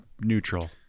neutral